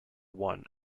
one